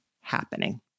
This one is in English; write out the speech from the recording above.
happening